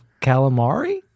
calamari